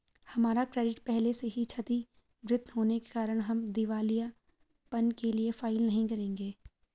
हमारा क्रेडिट पहले से ही क्षतिगृत होने के कारण हम दिवालियेपन के लिए फाइल नहीं करेंगे